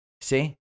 See